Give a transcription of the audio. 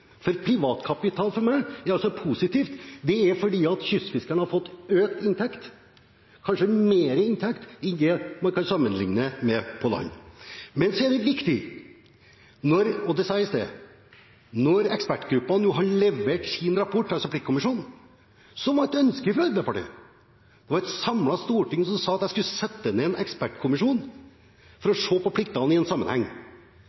er fordi kystfiskerne har fått økt inntekt, kanskje mer inntekt enn i bransjer man kan sammenlikne seg med på land. Men så er det viktig – og det sa jeg i sted – at ekspertgruppen, altså pliktkommisjonen, har levert sin rapport. Det var et ønske fra Arbeiderpartiet og et samlet storting at jeg skulle sette ned en ekspertgruppe for